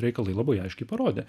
reikalai labai aiškiai parodė